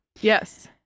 Yes